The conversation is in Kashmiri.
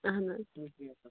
اہَن حظ